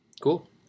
cool